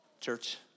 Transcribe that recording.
church